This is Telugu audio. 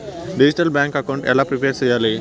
డిజిటల్ బ్యాంకు అకౌంట్ ఎలా ప్రిపేర్ సెయ్యాలి?